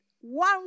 one